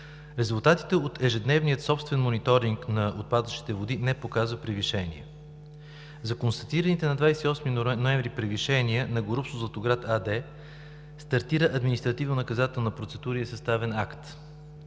Резултатите от ежедневния собствен мониторинг на отпадъчните води не показа превишение. За констатираните на 28 ноември превишения на „Горубсо Златоград“ АД, стартира административно-наказателна процедура и е съставен акт.